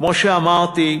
כמו שאמרתי,